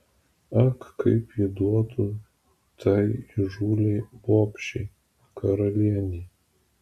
ak kaip ji duotų tai įžūliai bobšei karalienei